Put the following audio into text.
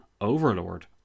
Overlord